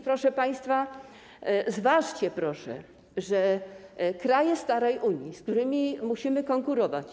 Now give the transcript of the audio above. Proszę państwa, zważcie proszę, że kraje starej Unii, z którymi musimy konkurować.